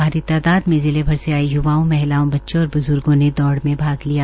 भारी तादाद में जिले भर से आये य्वाओं महिलाओं बच्चों और बुजुर्गो ने दौड़ में भाग लिया